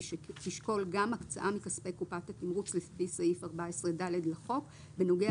תשקול גם הקצאה מכספי קופת התמרוץ לפי סעיף 14ד לחוק בנוגע